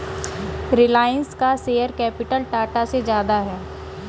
रिलायंस का share capital Tata से ज्यादा है